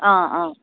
অঁ অঁ